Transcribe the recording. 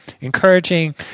encouraging